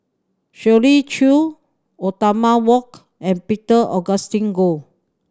Shirley Chew Othman Wok and Peter Augustine Goh